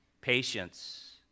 Patience